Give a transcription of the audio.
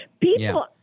people